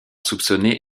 soupçonné